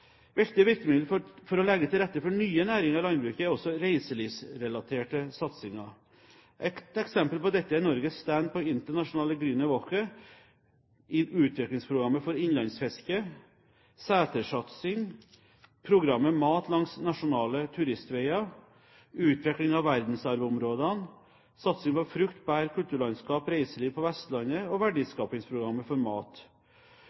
Viktige virkemiddel for å legge til rette for nye næringer i landbruket er også reiselivsrelaterte satsinger. Eksempler på dette er Norges stand på Internationale Grüne Woche, Utviklingsprogram for innlandsfiske, setersatsing, programmet Mat langs nasjonale turistveger, utvikling av verdensarvområdene, satsing på frukt og bær, kulturlandskap, reiseliv på Vestlandet og Verdiskapingsprogram for mat.